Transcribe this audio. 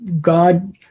God